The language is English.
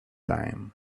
time